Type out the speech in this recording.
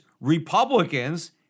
Republicans